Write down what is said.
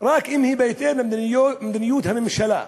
רק אם היא בהתאם למדיניות הממשלה.